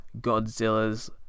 Godzilla's